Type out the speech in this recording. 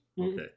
Okay